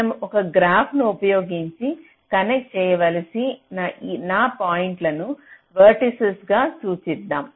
మనం ఒక గ్రాఫ్ను ఉపయోగించి కనెక్ట్ చేయవలసిన నా పాయింట్లను వెర్టిసిస్ గా సూచిద్దాం